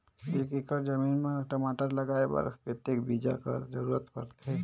एक एकड़ जमीन म टमाटर लगाय बर कतेक बीजा कर जरूरत पड़थे?